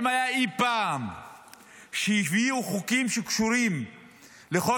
נאם היה אי פעם שהביאו חוקים שקשורים לחוק